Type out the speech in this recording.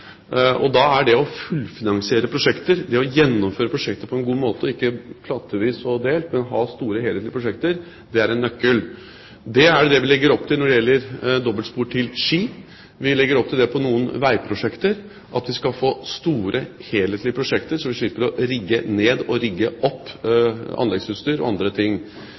Og da er det å fullfinansiere prosjekter, det å gjennomføre prosjekter på en god måte og ikke klattvis og delt, men ha store, helhetlige prosjekter, en nøkkel. Det er det vi legger opp til når det gjelder dobbeltspor til Ski. Vi legger opp til på noen veiprosjekter at vi skal få store, helhetlige prosjekter, så vi slipper å rigge ned og rigge opp anleggsutstyr og andre ting.